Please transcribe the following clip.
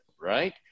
right